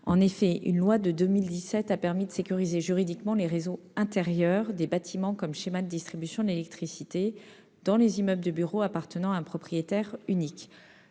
En effet, une loi de 2017 a permis de sécuriser juridiquement les RIB comme schémas de distribution d'électricité dans les immeubles de bureaux appartenant à un propriétaire unique.